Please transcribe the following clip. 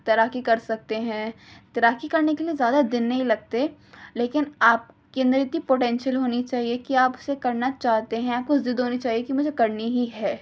تیراکی کر سکتے ہیں تیراکی کرنے کے لیے زیادہ دن نہیں لگتے لیکن آپ کے اندر اتنی پوٹینشیل ہونی چاہیے کہ آپ اسے کرنا چاہتے ہیں آپ کو ضد ہونی چاہیے کہ مجھے کرنی ہی ہے